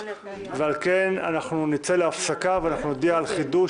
על כן, נצא להפסקה, ונודיע על חידוש.